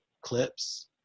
clips